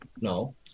No